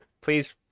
please